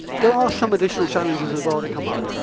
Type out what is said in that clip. there are some additional challenges as well that come up.